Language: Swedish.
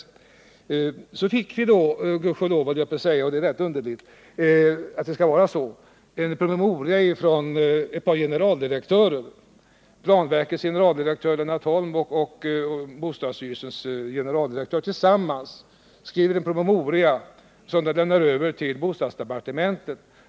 Men så fick vi då — gudskelov, höll jag på att säga, men det är rätt underligt att det skall vara så — en promemoria från ett par generaldirektörer, nämligen planverkets generaldirektör Lennart Holm och bostadsstyrelsens generaldirektör. De skrev tillsammans en promemoria som de lämnade över till bostadsdepartementet.